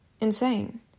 Insane